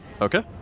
Okay